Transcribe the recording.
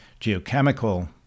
geochemical